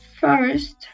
First